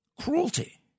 cruelty